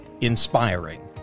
Inspiring